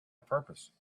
purpose